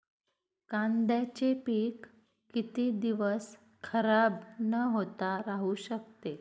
कांद्याचे पीक किती दिवस खराब न होता राहू शकते?